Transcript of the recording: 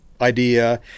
idea